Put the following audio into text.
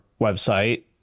website